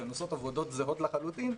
כשהן עושות עבודות זהות לחלוטין,